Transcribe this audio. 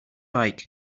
bike